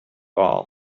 all